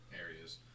areas